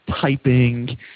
typing